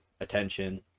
attention